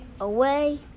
away